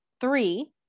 three